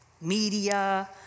media